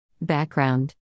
Background